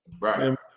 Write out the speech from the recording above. right